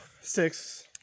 six